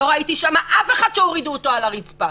לא ראיתי שם אף אחד שהורידו אותו על הרצפה.